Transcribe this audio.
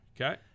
Okay